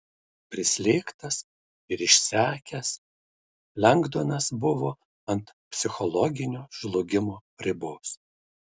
prislėgtas ir išsekęs lengdonas buvo ant psichologinio žlugimo ribos